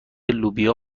لوبیا